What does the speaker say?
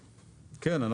כן.